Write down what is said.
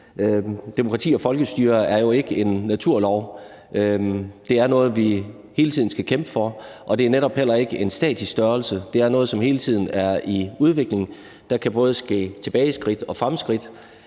demokrati og folkestyre er jo ikke en naturlov, det er noget, vi hele tiden skal kæmpe for, og det er netop heller ikke en statisk størrelse, det er noget, som hele tiden er i udvikling; der kan både ske tilbageskridt og fremskridt.